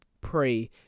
Pray